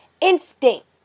instinct